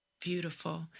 Beautiful